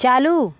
चालू